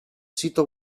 sito